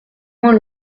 moins